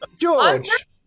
George